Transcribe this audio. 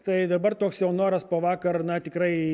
tai dabar toks jau noras po vakar na tikrai